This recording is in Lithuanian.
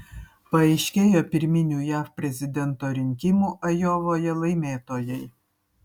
paaiškėjo pirminių jav prezidento rinkimų ajovoje laimėtojai